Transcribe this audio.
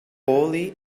poorly